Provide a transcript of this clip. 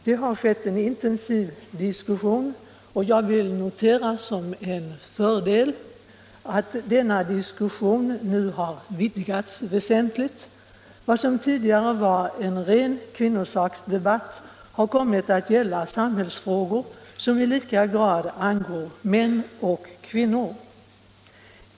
Det har skett en intensiv diskussion, och jag vill som en fördel notera att denna diskussion nu har vidgats väsentligt. Vad som tidigare var en ren kvinnosaksdebatt har kommit att gälla samhällsfrågor som i lika hög grad angår män och kvinnor.